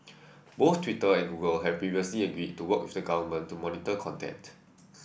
both Twitter and Google have previously agreed to work with the government to monitor content